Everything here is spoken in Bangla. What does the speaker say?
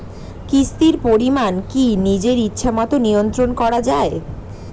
কিস্তির পরিমাণ কি নিজের ইচ্ছামত নিয়ন্ত্রণ করা যায়?